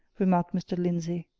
remarked mr. lindsey.